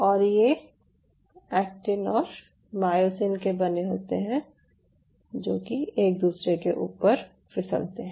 और ये एक्टिन और मायोसिन के बने होते हैं जो कि एक दूसरे के ऊपर फिसलते हैं